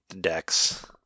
decks